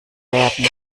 werden